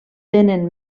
tenen